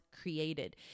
created